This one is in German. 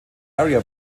area